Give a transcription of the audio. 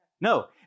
no